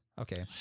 Okay